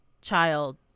child